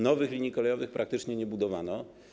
Nowych linii kolejowych praktycznie nie budowano.